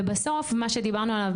ובסוף מה שדיברנו עליו,